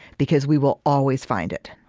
because we will always find it.